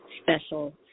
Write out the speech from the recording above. special